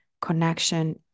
connection